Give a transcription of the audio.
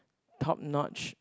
top notch